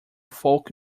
folk